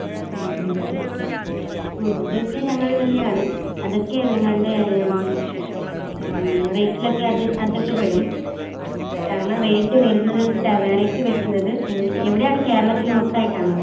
അതെ ഫുഡ്ഡ് ഒക്കെ ഞങ്ങൾ തന്നെ ആണ് അതൊക്കെ നിങ്ങളുടെ ആ റേറ്റിൽ ഒക്കെ അത് അതൊക്കെ പെടും കാരണം റേറ്റ് വരുന്നത് ടവേരക്ക് വരുന്നത് എവിടെ ആണ് കേരളത്തിൽ മൊത്തം ആയിട്ടാണോ